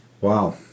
Wow